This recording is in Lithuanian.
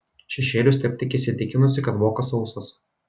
šešėlius tepk tik įsitikinusi kad vokas sausas